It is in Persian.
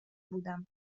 بودم